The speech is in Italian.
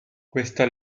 questa